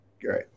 great